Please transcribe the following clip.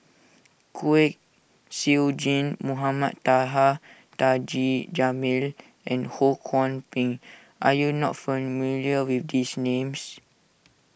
Kwek Siew Jin Mohamed Taha Taji Jamil and Ho Kwon Ping are you not familiar with these names